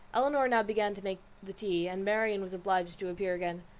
elinor now began to make the tea, and marianne was obliged to appear again.